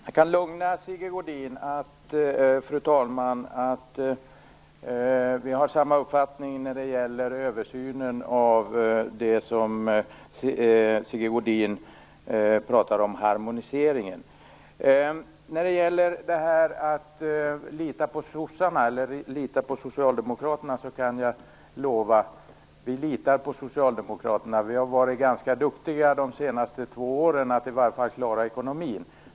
Fru talman! Jag kan lugna Sigge Godin. Vi har samma uppfattning när det gäller översynen av det som han pratar om. Jag tänker då på harmoniseringen. När det gäller detta med att lita på Socialdemokraterna kan jag lova att vi gör det. Vi har varit ganska duktiga under de senaste två åren i varje fall när det gäller att klara ekonomin.